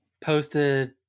posted